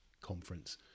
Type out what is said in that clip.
conference